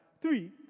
Three